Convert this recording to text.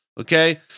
okay